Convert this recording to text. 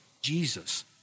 Jesus